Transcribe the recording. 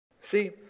See